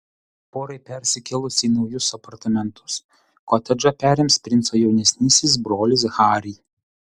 porai persikėlus į naujus apartamentus kotedžą perims princo jaunesnysis brolis harry